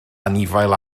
anifail